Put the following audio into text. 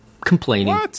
complaining